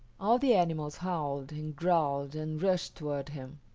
all the animals howled and growled and rushed toward him,